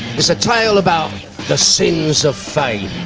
it's a tale about the sins of fame,